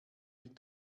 die